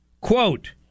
Quote